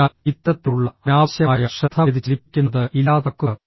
അതിനാൽ ഇത്തരത്തിലുള്ള അനാവശ്യമായ ശ്രദ്ധ വ്യതിചലിപ്പിക്കുന്നത് ഇല്ലാതാക്കുക